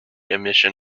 emission